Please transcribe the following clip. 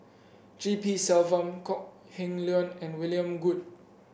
G P Selvam Kok Heng Leun and William Goode